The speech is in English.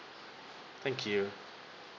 thank you